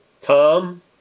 Tom